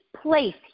place